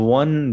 one